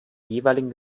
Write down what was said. jeweiligen